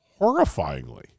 horrifyingly